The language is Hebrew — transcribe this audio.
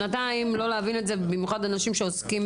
שנתיים לא להבין את זה, במיוחד אנשים שעוסקים